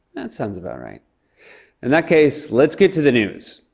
that sounds about right. in that case, let's get to the news.